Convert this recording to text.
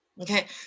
okay